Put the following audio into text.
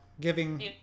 giving